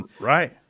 Right